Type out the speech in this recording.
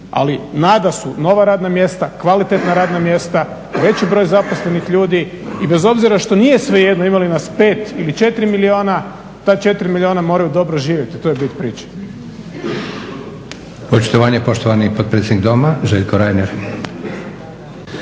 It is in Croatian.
Ali nada su nova radna mjesta, kvalitetna radna mjesta, veći broj zaposlenih ljudi i bez obzira što nije svejedno ima li nas 5 ili 4 milijuna ta 4 milijuna moraju dobro živjeti, to je bit priče.